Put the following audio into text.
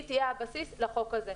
היא תהיה הבסיס לחוק הזה.